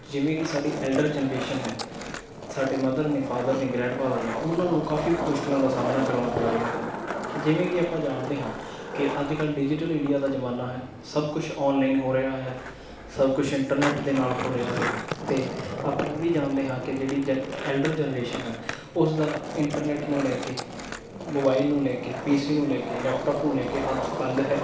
ਜਿਵੇਂ ਕਿ ਸਾਡੀ ਐਲਡਰ ਜਨਰੇਸ਼ਨ ਹੈ ਸਾਡੇ ਮਦਰ ਨੇ ਫਾਦਰ ਨੇ ਗ੍ਰੈਂਡਫਾਦਰ ਨੇ ਉਹਨਾਂ ਨੂੰ ਕਾਫ਼ੀ ਮੁਸ਼ਕਿਲਾਂ ਦਾ ਸਾਹਮਣਾ ਕਰਣਾ ਪੈ ਰਿਹਾ ਹੈ ਜਿਵੇਂ ਕਿ ਆਪਾਂ ਜਾਣਦੇ ਹਾਂ ਕਿ ਅੱਜ ਕੱਲ੍ਹ ਡਿਜੀਟਲ ਇੰਡੀਆ ਦਾ ਜ਼ਮਾਨਾ ਹੈ ਸਭ ਕੁਛ ਔਨਲਾਈਨ ਹੋ ਰਿਹਾ ਹੈ ਸਭ ਕੁਛ ਇੰਟਰਨੈਟ ਦੇ ਨਾਲ ਹੋ ਰਿਹਾ ਹੈ ਅਤੇ ਆਪਾਂ ਇਹ ਵੀ ਜਾਣਦੇ ਹਾਂ ਕਿ ਜਿਹੜੀ ਜਨ ਐਲਡਰ ਜਨਰੇਸ਼ਨ ਹੈ ਉਸ ਦਾ ਇੰਟਰਨੈਟ ਨੂੰ ਲੈ ਕੇ ਮੋਬਾਈਲ ਨੂੰ ਲੈ ਕੇ ਪੀ ਸੀ ਨੂੰ ਲੈ ਕੇ ਲੈਪਟਾਪ ਨੂੰ ਲੈ ਕੇ ਹੱਥ ਤੰਗ ਹੈ